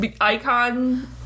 ...icon